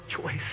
choice